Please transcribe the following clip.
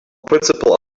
principle